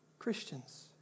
Christians